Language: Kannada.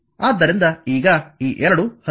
ಆದ್ದರಿಂದ ಈಗ ಈ ಎರಡು 17